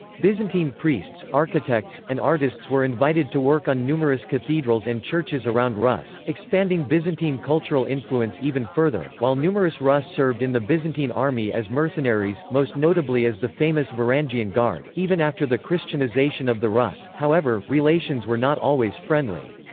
byzantine priests, architects, and artists were invited to work on numerous cathedrals and churches around rus', expanding byzantine cultural influence even further, while numerous rus' served in the byzantine army as mercenaries, most notably as the famous varangian guard even after the christianisation of the rus', however, relations were not always friendly.